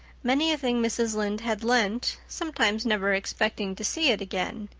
many a thing mrs. lynde had lent, sometimes never expecting to see it again,